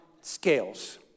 scales